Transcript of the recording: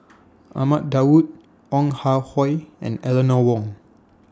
Ahmad Daud Ong Ah Hoi and Eleanor Wong